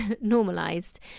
normalized